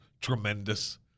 tremendous